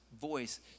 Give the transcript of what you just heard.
voice